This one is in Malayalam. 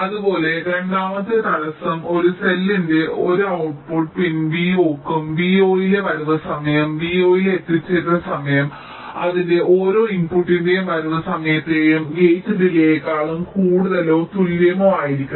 അതുപോലെ രണ്ടാമത്തെ തടസ്സം ഒരു സെല്ലിന്റെ ഓരോ ഔട്ട്പുട്ട് പിൻ vo ക്കും vo യിലെ വരവ് സമയം vo യിലെ എത്തിച്ചേരൽ സമയം അതിന്റെ ഓരോ ഇൻപുട്ടിന്റെയും വരവ് സമയത്തേയും ഗേറ്റ് ഡിലേയ്ക്കാളും കൂടുതലോ തുല്യമോ ആയിരിക്കണം